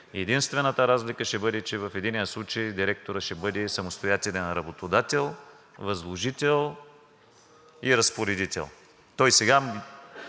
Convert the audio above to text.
Единствената разлика ще бъде, че в единия случай директорът ще бъде самостоятелен работодател, възложител и разпоредител. То и сега